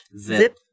Zip